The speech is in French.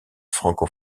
franco